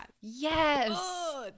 yes